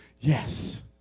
Yes